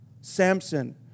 Samson